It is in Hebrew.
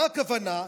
מה הכוונה?